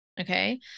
Okay